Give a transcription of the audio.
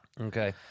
Okay